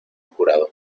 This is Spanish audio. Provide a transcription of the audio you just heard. jurado